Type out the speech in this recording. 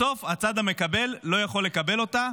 בסוף הצד המקבל לא יכול לקבל אותה.